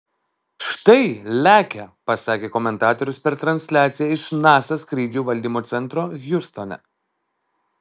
štai lekia pasakė komentatorius per transliaciją iš nasa skrydžių valdymo centro hjustone